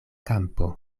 kampo